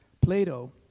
Plato